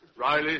Riley